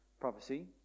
prophecy